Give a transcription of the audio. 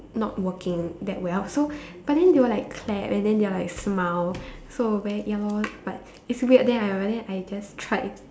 not working that well so but then they will like clap and then they will like smile so very ya lor but it's weird then I but then I just tried